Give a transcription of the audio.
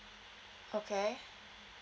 okay